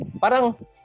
parang